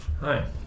Hi